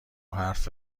حرف